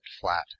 flat